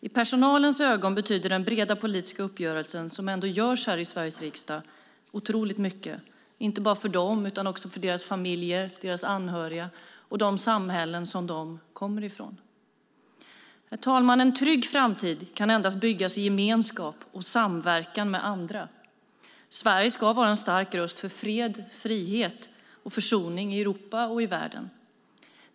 I personalens ögon betyder den breda politiska uppgörelse som ändå träffas här i Sveriges riksdag otroligt mycket, inte bara för dem utan också för deras familjer, deras anhöriga och de samhällen som de kommer ifrån. Herr talman! En trygg framtid kan endast byggas i gemenskap och samverkan med andra. Sverige ska vara en stark röst för fred, frihet och försoning i Europa och i världen.